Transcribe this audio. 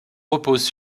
reposent